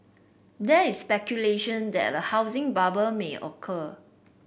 there is speculation that a housing bubble may occur